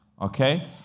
Okay